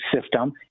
system